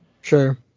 Sure